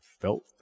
felt